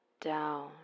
Down